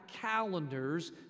calendars